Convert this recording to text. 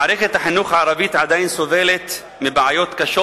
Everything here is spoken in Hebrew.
מערכת החינוך הערבית עדיין סובלת מבעיות קשות